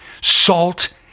salt